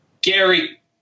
Gary